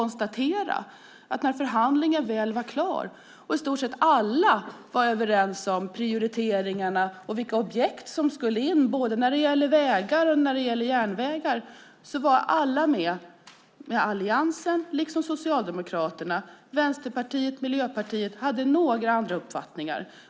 När förhandlingen väl var klar, och i stort sett alla var överens om prioriteringarna och vilka objekt som skulle in för både vägar och järnvägar, var alla med, Alliansen liksom Socialdemokraterna. Vänsterpartiet och Miljöpartiet hade några andra uppfattningar.